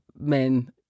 men